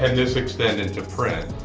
this extend into print?